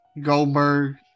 Goldberg